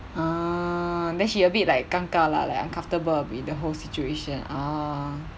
ah then she a bit like 尴尬 lah like uncomfortable with the whole situation ah